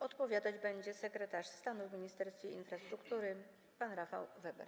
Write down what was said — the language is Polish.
Odpowiadać będzie sekretarz stanu w Ministerstwie Infrastruktury pan Rafał Weber.